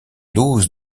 doses